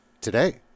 today